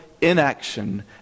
inaction